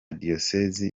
diyosezi